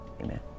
Amen